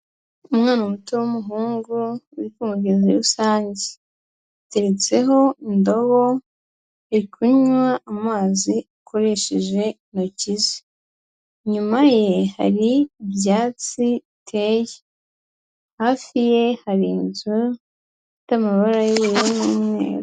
Umwana muto w'umuhungu uri ku mugezi rusange, yateretseho indobo ari kunywa amazi akoresheje intoki ze. Inyuma ye hari ibyatsi biteye, hafi ye hari inzu ifite amabara y'ubururu n'umweru.